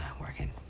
working